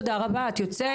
תודה רבה, את יוצאת.